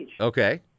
Okay